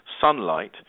sunlight